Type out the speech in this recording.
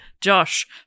Josh